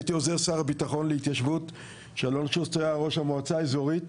הייתי עוזר שר הביטחון להתיישבות כשאלון שוסטר היה ראש המועצה האזורית,